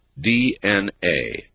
DNA